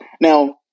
Now